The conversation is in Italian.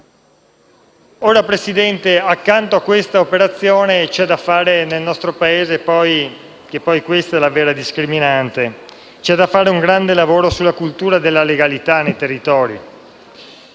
mare. Presidente, accanto a siffatta operazione c'è da fare nel nostro Paese - e questa è la vera discriminante - un grande lavoro sulla cultura della legalità nei territori.